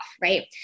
right